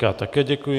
Já také děkuji.